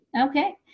Okay